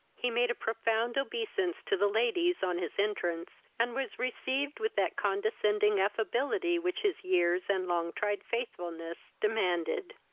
he made a profound obeisance to the ladies on his entrance, and was received with that condescending affability which his years and long-tried faithfulness demanded.